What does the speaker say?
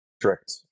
strict